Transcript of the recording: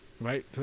Right